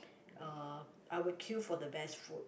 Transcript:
uh I would queue for the best food